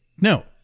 no